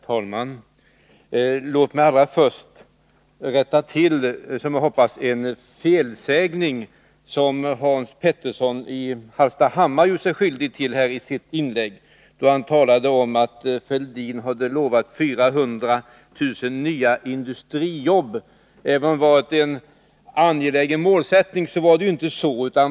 Herr talman! Låt mig allra först rätta till en som jag hoppas felsägning som Hans Petersson i Hallstahammar gjorde sig skyldig till i sitt inlägg, då han sade att Thorbjörn Fälldin hade lovat 400 900 nya industrijobb. Även om det var en angelägen målsättning, var det ju inte så.